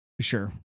Sure